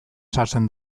sartzen